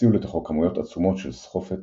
הסיעו לתוכו כמויות עצומות של סחופת